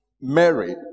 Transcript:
Mary